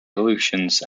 illusions